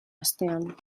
astean